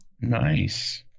Nice